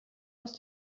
aus